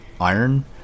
iron